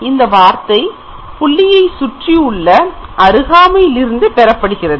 இந்த குறியீட்டு வார்த்தை புள்ளியை சுற்றியுள்ள அருகாமையில் இருந்து பெறப்படுகிறது